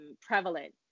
prevalent